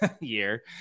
year